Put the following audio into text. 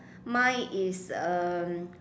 mine is uh